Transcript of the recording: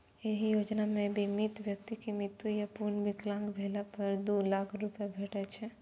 एहि योजना मे बीमित व्यक्ति के मृत्यु या पूर्ण विकलांग भेला पर दू लाख रुपैया भेटै छै